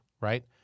Right